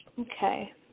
okay